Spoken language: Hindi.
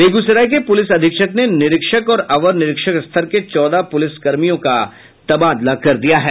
बेगूसराय पुलिस अधीक्षक ने निरीक्षक और अवर निरीक्षक स्तर के चौदह पुलिस कर्मियों का तबादला कर दिया है